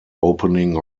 opening